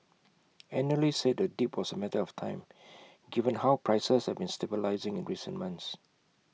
analysts said the dip was A matter of time given how prices have been stabilising in recent months